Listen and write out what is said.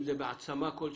אם זה בהעצמה כלשהי,